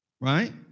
right